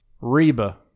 Reba